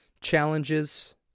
challenges